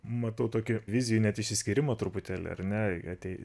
matau tokį vizijų net išsiskyrimą truputėlį ar ne tai